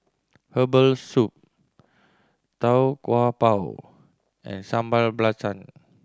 herbal soup Tau Kwa Pau and Sambal Belacan